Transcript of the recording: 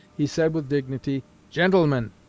he said with dignity gentlemen,